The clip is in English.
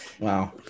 Wow